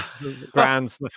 grand